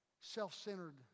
self-centered